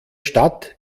stadt